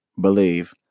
believe